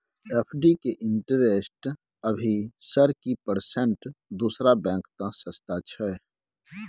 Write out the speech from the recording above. FD के interest अभी sir की परसेंट दूसरा बैंक त सस्ता छः?